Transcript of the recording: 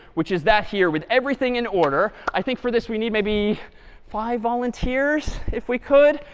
which is that here with everything in order, i think for this we need maybe five volunteers if we could.